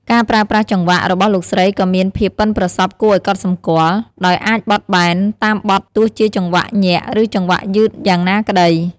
ការប្រើប្រាស់ ចង្វាក់ របស់លោកស្រីក៏មានភាពប៉ិនប្រសប់គួរឲ្យកត់សម្គាល់ ដោយអាចបត់បែនតាមបទទោះជាចង្វាក់ញាក់ ឬចង្វាក់យឺតយ៉ាងណាក្ដី។